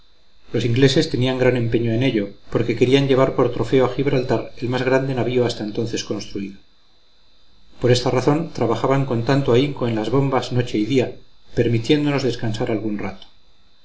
los ingleses tenían gran empeño en ello porque querían llevar por trofeo a gibraltar el más grande navío hasta entonces construido por esta razón trabajaban con tanto ahínco en las bombas noche y día permitiéndonos descansar algún rato